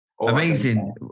Amazing